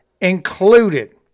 included